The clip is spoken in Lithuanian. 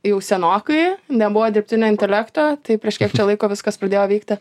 jau senokai nebuvo dirbtinio intelekto tai prieš kiek čia laiko viskas pradėjo veikti